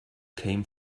came